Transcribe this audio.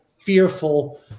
fearful